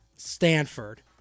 Stanford